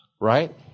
Right